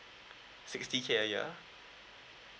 sixty K a year